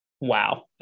wow